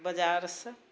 तऽ बजारसँ